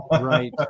right